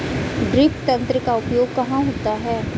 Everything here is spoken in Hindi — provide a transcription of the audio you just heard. ड्रिप तंत्र का उपयोग कहाँ होता है?